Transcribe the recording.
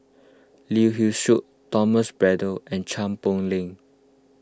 Lee Hee Seng Thomas Braddell and Chua Poh Leng